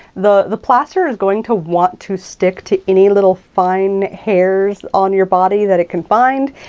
the the plaster is going to want to stick to any little fine hairs on your body that it can find,